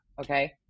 Okay